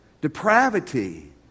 depravity